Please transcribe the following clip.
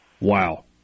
wow